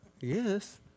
Yes